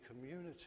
community